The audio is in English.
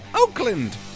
Oakland